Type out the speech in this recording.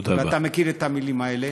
אתה מכיר את המילים האלה,